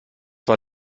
war